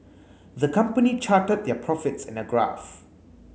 the company charted their profits in a graph